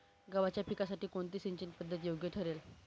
गव्हाच्या पिकासाठी कोणती सिंचन पद्धत योग्य ठरेल?